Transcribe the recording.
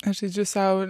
aš žaidžiu sau